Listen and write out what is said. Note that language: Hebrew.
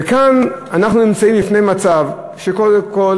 וכאן אנחנו נמצאים בפני מצב שקודם כול